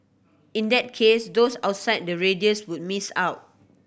in that case those outside the radius would miss out